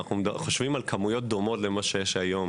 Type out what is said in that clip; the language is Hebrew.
אנחנו חושבים על כמויות דומות למה שיש היום.